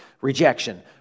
rejection